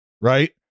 right